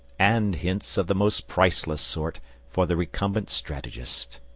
and hints of the most priceless sort for the recumbent strategist.